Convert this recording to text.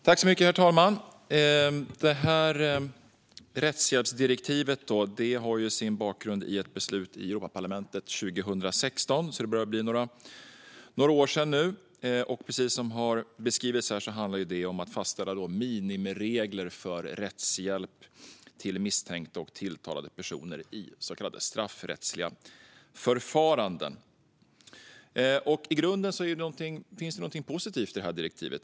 Herr talman! Bakgrunden till detta rättshjälpsdirektiv är ett beslut i Europaparlamentet 2016. Det är alltså några år sedan. Precis som andra har beskrivit här handlar det om att fastställa minimiregler för rättshjälp till misstänkta och tilltalade personer i så kallade straffrättsliga förfaranden. I grunden finns det något positivt i direktivet.